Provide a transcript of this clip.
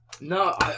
No